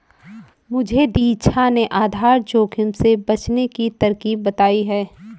मुझे दीक्षा ने आधार जोखिम से बचने की तरकीब बताई है